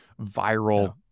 viral